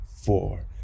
four